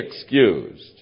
excused